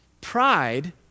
Pride